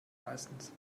meistens